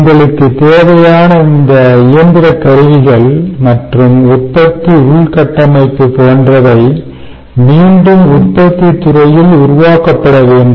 உங்களுக்கு தேவையான இந்த இயந்திர கருவிகள் மற்றும் உற்பத்தி உள்கட்டமைப்பு போன்றவை மீண்டும் உற்பத்தித் துறையில் உருவாக்கப்பட வேண்டும்